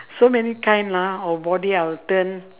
so many time lah our body our turn